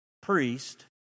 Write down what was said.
priest